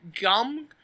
gum